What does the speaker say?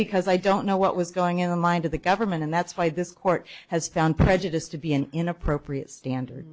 because i don't know what was going in the mind of the government and that's why this court has found prejudice to be an inappropriate standard